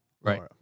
Right